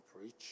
preach